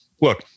Look